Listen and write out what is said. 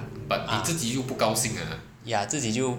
ah 自己就